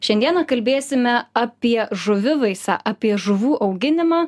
šiandieną kalbėsime apie žuvivaisą apie žuvų auginimą